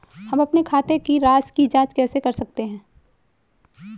हम अपने खाते की राशि की जाँच कैसे कर सकते हैं?